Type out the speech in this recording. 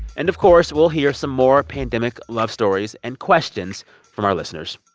and, of course, we'll hear some more pandemic love stories and questions from our listeners.